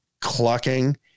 clucking